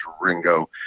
Ringo